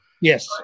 Yes